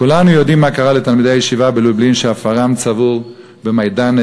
כולנו יודעים מה קרה לתלמידי הישיבה בלובלין שאפרם צבור במיידנק,